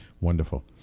Wonderful